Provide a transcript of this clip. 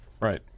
Right